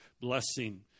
blessing